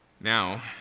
Now